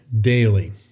daily